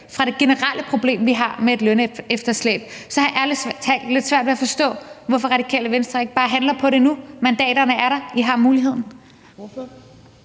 fra det generelle problem, vi har med et lønefterslæb. Så jeg har ærlig talt svært at forstå, hvorfor Radikale Venstre ikke bare handler på det nu. Mandaterne er der, I har muligheden.